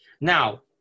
Now